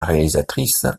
réalisatrice